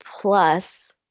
plus